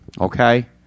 okay